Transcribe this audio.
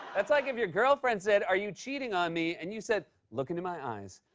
that's like if your girlfriend said, are you cheating on me? and you said, look into my eyes,